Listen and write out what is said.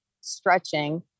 stretching